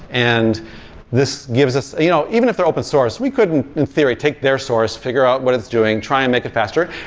and this gives us you know even if they're open source, we couldn't in theory take their source to figure out what it's doing, try and make it faster.